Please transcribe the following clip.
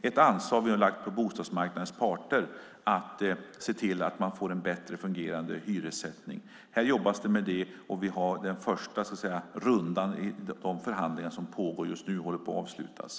Det är ett ansvar som vi har lagt på bostadsmarknadens parter att se till att man får en bättre fungerande hyressättning. Det jobbas med det. Den första rundan i de förhandlingar som pågår just nu håller på att avslutas.